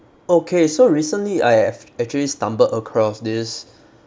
okay so recently I have actually stumbled across this